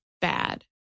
bad